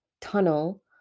tunnel